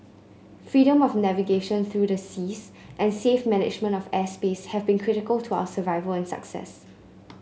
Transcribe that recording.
freedom of navigation through the seas and safe management of airspace have been critical to our survival and success